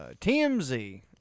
TMZ